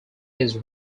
his